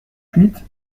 huit